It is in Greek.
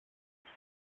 τους